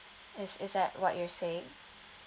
is is that what you're saying